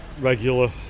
regular